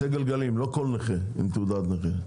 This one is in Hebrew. אני מדבר לא על כל נכה עם תעודת נכה,